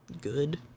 good